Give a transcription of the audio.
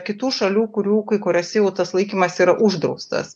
kitų šalių kurių kai kuriose jau tas laikymas yra uždraustas